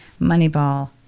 Moneyball